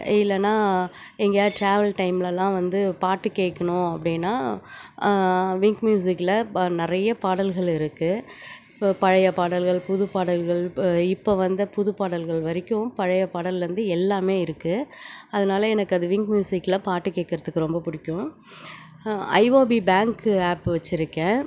இல்லைன்னா எங்கேயாவது ட்ராவல் டைம்லல்லாம் வந்து பாட்டு கேட்கணும் அப்படீன்னா விங்க் மியூசிக்கில் இப்போ நிறைய பாடல்கள் இருக்கு இப்போ பழைய பாடல்கள் புது பாடல்கள் இப்போ வந்த புது பாடல்கள் வரைக்கும் பழைய பாடல்லேந்து எல்லாமே இருக்கு அதனால் எனக்கு அந்த விங்க் மியூசிக்கில் பாட்டு கேட்கறதுக்கு ரொம்ப பிடிக்கும் ஐஓபி பேங்க் ஆப் வச்சி இருக்கேன்